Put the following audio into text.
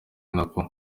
nako